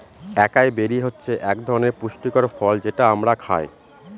একাই বেরি হচ্ছে এক ধরনের পুষ্টিকর ফল যেটা আমরা খায়